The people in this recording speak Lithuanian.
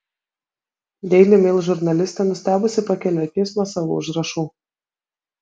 daily mail žurnalistė nustebusi pakelia akis nuo savo užrašų